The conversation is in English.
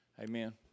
Amen